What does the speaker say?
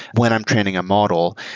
when i'm training a model,